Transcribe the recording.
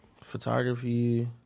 photography